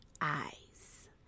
eyes